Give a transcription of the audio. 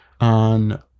on